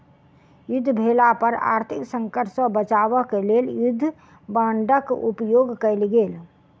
युद्ध भेला पर आर्थिक संकट सॅ बचाब क लेल युद्ध बांडक उपयोग कयल गेल